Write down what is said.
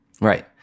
Right